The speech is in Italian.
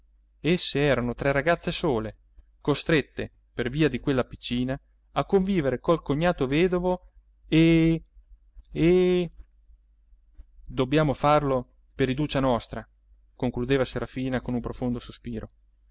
più esse erano tre ragazze sole costrette per via di quella piccina a convivere col cognato vedovo e e dobbiamo farlo per iduccia nostra concludeva serafina con un profondo sospiro